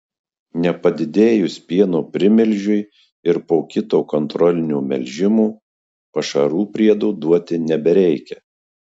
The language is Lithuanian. nepadidėjus pieno primilžiui ir po kito kontrolinio melžimo pašarų priedo duoti nebereikia